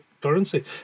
currency